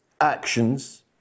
actions